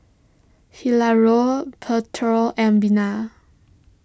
Hilario and Bina